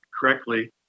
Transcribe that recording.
correctly